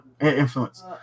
influence